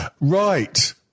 Right